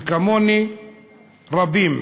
וכמוני רבים.